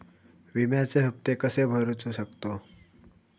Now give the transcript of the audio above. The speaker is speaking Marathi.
विम्याचे हप्ते कसे भरूचो शकतो?